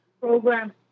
program